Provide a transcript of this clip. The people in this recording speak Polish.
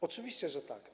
Oczywiście, że tak.